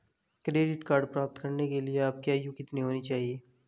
Credit card प्राप्त करने के लिए आपकी आयु कितनी होनी चाहिए?